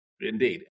Indeed